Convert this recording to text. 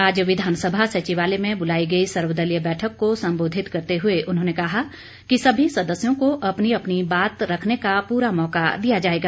आज विधानसभा संचिवालय में बुलाई गई सर्वदलीय बैठक को संबोधित करते हुए उन्होंने कहा कि सभी सदस्यों को अपनी अपनी बात रखने का पूरा मौका दिया जाएगा